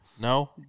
No